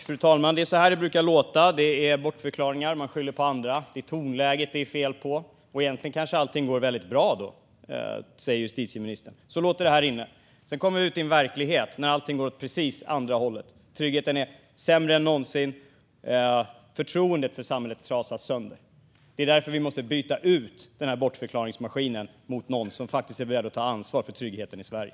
Fru talman! Det är så här det brukar låta. Det är bortförklaringar; man skyller på andra. Det är tonläget det är fel på. Egentligen går allting väldigt bra, säger justitieministern här inne. Men sedan kommer vi ut i verkligheten, där allt går åt precis motsatt håll. Otryggheten är större än någonsin, och förtroendet för samhället trasas sönder. Därför måste vi byta ut denna bortförklaringsmaskin mot någon som faktiskt är beredd att ta ansvar för tryggheten i Sverige.